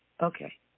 Okay